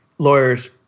lawyers